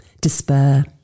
despair